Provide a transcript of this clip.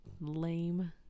lame